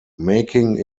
making